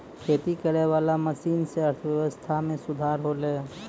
खेती करै वाला मशीन से अर्थव्यबस्था मे सुधार होलै